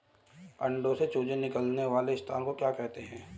अंडों से चूजे निकलने वाले स्थान को क्या कहते हैं?